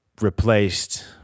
replaced